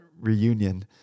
reunion